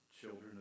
children